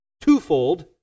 twofold